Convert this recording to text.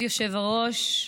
כבוד היושב-ראש,